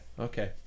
okay